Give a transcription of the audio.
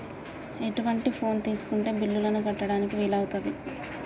ఎటువంటి ఫోన్ తీసుకుంటే బిల్లులను కట్టడానికి వీలవుతది?